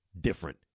different